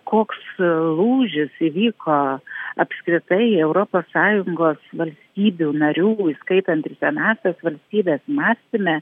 koks lūžis įvyko apskritai europos sąjungos valstybių narių įskaitant ir senąsias valstybes mąstyme